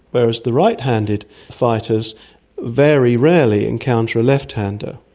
whereas the right-handed fighters very rarely encounter a left-hander.